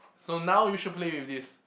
so now you should play with this